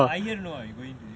Iyer know ah you going today